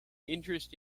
interest